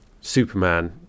Superman